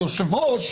יושב הראש,